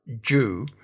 Jew